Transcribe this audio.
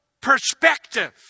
perspective